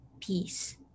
peace